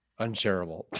unshareable